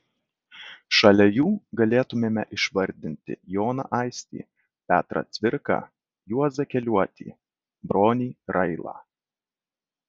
šalia jų galėtumėme išvardinti joną aistį petrą cvirką juozą keliuotį bronį railą